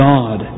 God